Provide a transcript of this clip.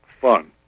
fun